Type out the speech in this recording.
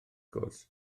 gwrs